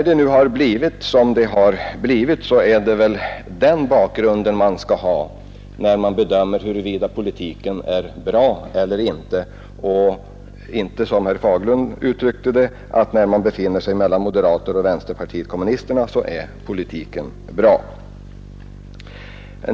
Det är väl mot bakgrunden av det läge som har uppstått som man skall bedöma huruvida den förda politiken är bra eller inte. Man kan inte, som herr Fagerlund uttryckte det, göra det med den utgångspunkten att man själv befinner sig mellan moderaterna och vänsterpartiet kommunisterna.